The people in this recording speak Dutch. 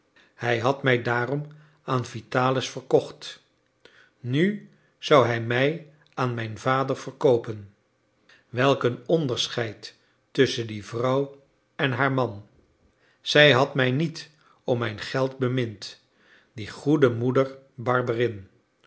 hij had mij daarom aan vitalis verkocht nu zou hij mij aan mijn vader verkoopen welk een onderscheid tusschen die vrouw en haar man zij had mij niet om mijn geld bemind die goede moeder